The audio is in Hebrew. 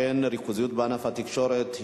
ריכוזיות בענף התקשורת,